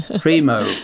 Primo